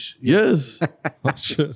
Yes